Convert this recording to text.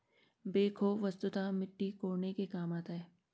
backhoe वस्तुतः मिट्टी कोड़ने के काम आता है